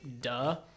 Duh